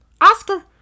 Oscar